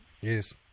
Yes